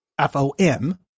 FOM